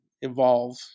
evolve